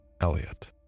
Elliot